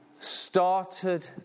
started